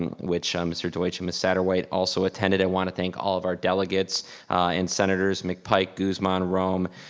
which mr. deutsch and miss saderwhite also attended. i wanna thank all of our delegates and senators, mcpike, guseman, rome,